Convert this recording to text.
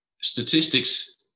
statistics